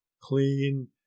clean